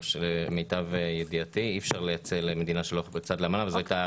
למיטב ידיעתי אי אפשר לייצא למדינה שלא חתומה על האמנה.